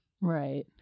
Right